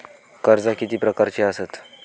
कर्जा किती प्रकारची आसतत